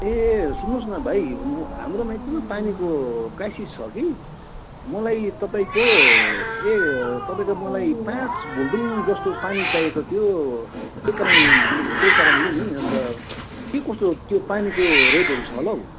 ए सुन्नुहोस् न भाइ मेरो यत्रो पानीको क्राइसिस छ कि मलाई तपाईँको ए तपाईँको मलाई पाँच भुल्डुङ जस्तो पानी चाहिएको थियो त्यही कारणले त्यही कारणले नि अन्त के कस्तो त्यो पानीको रेटहरू छ होला हौ